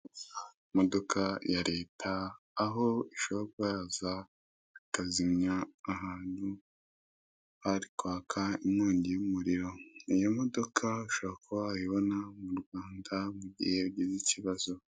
Imodoka ya leta aho ishobora kuba yaza ikazimya ahantu hari kwaka inkongi y'umuriro, iyo modoka ushobora kuba wayibona mu Rwanda mu gihe wagize ikibazo.